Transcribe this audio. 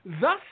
thus